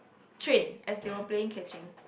train as they were playing catching